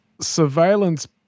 surveillance